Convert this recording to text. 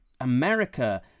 America